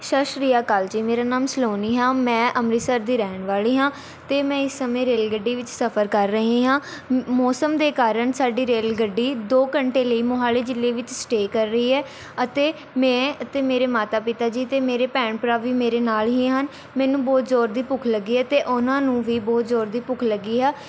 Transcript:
ਸਤਿ ਸ਼੍ਰੀ ਆਕਾਲ ਜੀ ਮੇਰਾ ਨਾਮ ਸਲੋਨੀ ਹੈ ਮੈਂ ਅੰਮ੍ਰਿਤਸਰ ਦੀ ਰਹਿਣ ਵਾਲ਼ੀ ਹਾਂ ਅਤੇ ਮੈਂ ਇਸ ਸਮੇਂ ਰੇਲ ਗੱਡੀ ਵਿੱਚ ਸਫਰ ਕਰ ਰਹੀ ਹਾਂ ਮ ਮੌਸਮ ਦੇ ਕਾਰਨ ਸਾਡੀ ਰੇਲ ਗੱਡੀ ਦੋ ਘੰਟੇ ਲਈ ਮੋਹਾਲੀ ਜ਼ਿਲ੍ਹੇ ਵਿੱਚ ਸਟੇਅ ਕਰ ਰਹੀ ਹੈ ਅਤੇ ਮੈਂ ਅਤੇ ਮੇਰੇ ਮਾਤਾ ਪਿਤਾ ਜੀ ਅਤੇ ਮੇਰੇ ਭੈਣ ਭਰਾ ਵੀ ਮੇਰੇ ਨਾਲ਼ ਹੀ ਹਨ ਮੈਨੂੰ ਬਹੁਤ ਜ਼ੋਰ ਦੀ ਭੁੱਖ ਲੱਗੀ ਹੈ ਅਤੇ ਉਨ੍ਹਾਂ ਨੂੰ ਵੀ ਬਹੁਤ ਜ਼ੋਰ ਦੀ ਭੁੱਖ ਲੱਗੀ ਹੈ